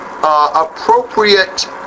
Appropriate